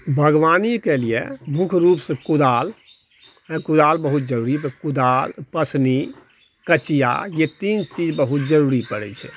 बागवानीके लिए मुख्य रूपसँ कुदाल बहुत जरूरी तऽ कुदाल पसनी कचिआ ई तीन चीज बहुत जरूरी पड़ै छै